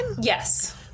Yes